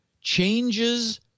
changes